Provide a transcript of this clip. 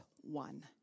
one